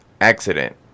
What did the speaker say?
accident